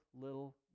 little